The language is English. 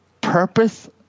purpose